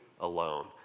alone